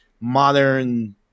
modern